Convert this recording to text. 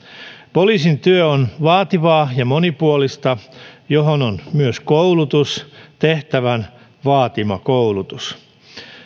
poliisin työ on vaativaa ja monipuolista johon on myös tehtävän vaatima koulutus